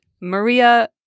Maria